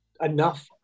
enough